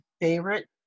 favorite